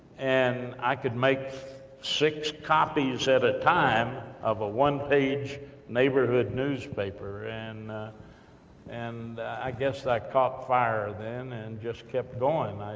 and i could make six copies at a time of a one page neighborhood newspaper. and and i guess that caught fire then, and just kept going.